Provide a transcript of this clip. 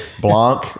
Blanc